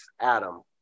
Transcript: Adam